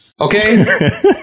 Okay